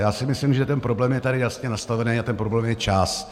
Já si myslím, že ten problém je tady jasně nastavený, a ten problém je čas.